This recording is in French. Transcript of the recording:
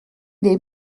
des